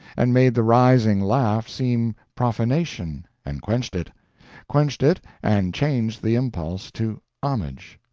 and made the rising laugh seem profanation and quenched it quenched it, and changed the impulse to homage.